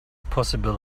possible